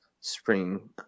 spring